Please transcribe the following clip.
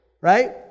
right